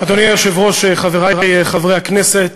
אדוני היושב-ראש, חברי חברי הכנסת,